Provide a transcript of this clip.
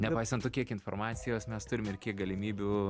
nepaisant to kiek informacijos mes turim ir kiek galimybių